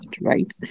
right